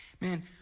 Man